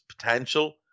potential